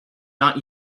not